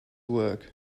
work